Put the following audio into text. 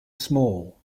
small